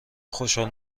خوشحال